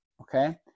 okay